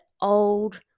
old